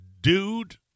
dude